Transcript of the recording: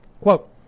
Quote